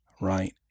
Right